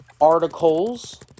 articles